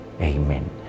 Amen